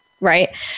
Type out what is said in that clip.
right